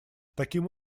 таким